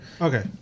Okay